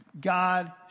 God